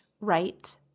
right